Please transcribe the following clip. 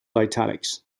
italics